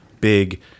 big